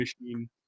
machine